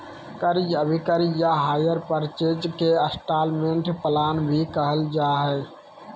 क्रय अभिक्रय या हायर परचेज के इन्स्टालमेन्ट प्लान भी कहल जा हय